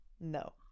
No